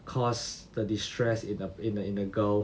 cause the distress in the in the in the girl